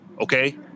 okay